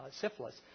syphilis